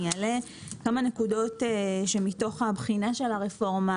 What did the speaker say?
אני אעלה כמה נקודות שמתוך הבחינה של הרפורמה